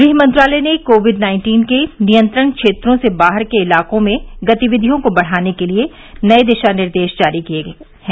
गृह मंत्रालय ने कोविड नाइन्टीन के नियंत्रण क्षेत्रों से बाहर के इलाकों में गतिविधियों को बढ़ाने के लिए नये दिशा निर्देश जारी किए हैं